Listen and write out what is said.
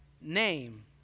name